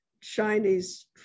Chinese